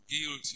guilty